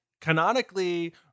canonically